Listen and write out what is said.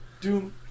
Doom